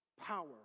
power